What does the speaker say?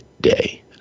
day